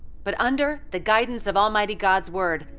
but under the guidance of almighty god's word,